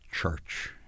church